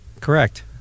Correct